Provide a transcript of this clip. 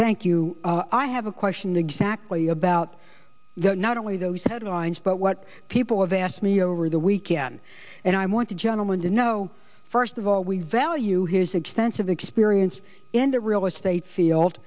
thank you i have a question exactly about that not only those headlines but what people have asked me over the weekend and i want to gentleman you know first of all we value his extensive experience in the real estate field